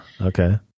Okay